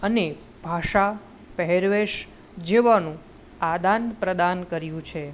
અને ભાષા પહેરવેશ જેવાનું આદાન પ્રદાન કર્યું છે